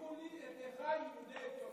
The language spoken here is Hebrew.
"הביאו לי את אחיי יהודי אתיופיה".